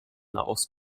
nahost